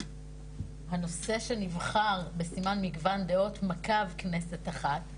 הנושא שנבחר בסימן מגוון דעות מקף כנסת אחת,